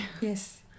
Yes